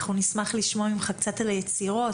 נשמח לשמוע ממך קצת על היצירות,